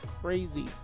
crazy